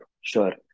sure